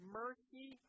mercy